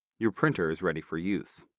your printer is ready for use.